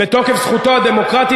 בתוקף זכותו הדמוקרטית,